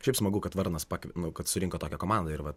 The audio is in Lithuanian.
šiaip smagu kad varnas paki nu kad surinko tokią komandą ir va